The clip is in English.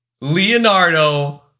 Leonardo